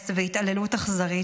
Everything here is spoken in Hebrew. והתעללות אכזרית.